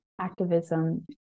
activism